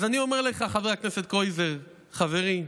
אז אני אומר לך, חבר הכנסת קרויזר, חברי,